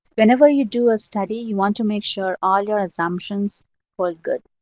whenever you do a study, you want to make sure all your assumptions were good,